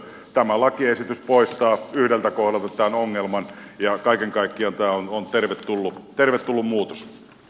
tämä lakiesitys poistaa yhdeltä kohdalta tämän ongelman ja kaiken kaikkiaan tämä on tervetullut muutos